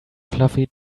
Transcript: fluffy